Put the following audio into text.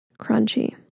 Crunchy